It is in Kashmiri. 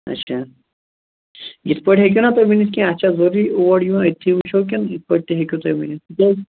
اچھا یِتھٕ پٲٹھۍ ہیٚکِو نا تُہۍ ؤنِتھ کیٚاہ چھا ضروٗری اوٚر یور أتۍتھٕے وُچھو کِنہٕ یِتھٕ پٲٹھۍ تہِ ہیٚکِو تُہۍ ؤنِتھ